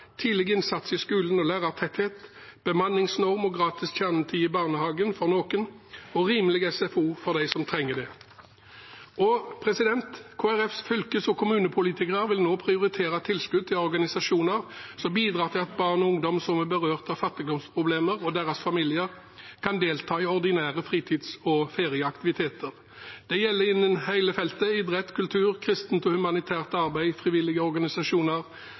tidlig innsats i skolen og lærertetthet, bemanningsnorm og gratis kjernetid i barnehagen, for noen, og rimelig SFO for dem som trenger det. Og Kristelig Folkepartis fylkes- og kommunepolitikere vil nå prioritere tilskudd til organisasjoner som bidrar til at barn og ungdom som er berørt av fattigdomsproblemer, og deres familier, kan delta i ordinære fritids- og ferieaktiviteter. Det gjelder innen hele feltet – idrett, kultur, kristent og humanitært arbeid, frivillige organisasjoner,